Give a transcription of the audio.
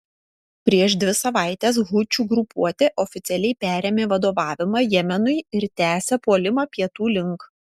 prieš dvi savaites hučių grupuotė oficialiai perėmė vadovavimą jemenui ir tęsia puolimą pietų link